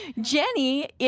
Jenny